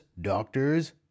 doctors